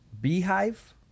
beehive